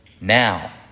now